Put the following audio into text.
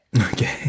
Okay